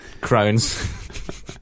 crones